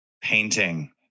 Painting